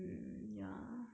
when will that be ah